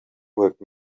work